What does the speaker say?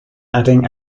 adding